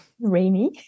Rainy